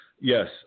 yes